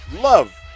Love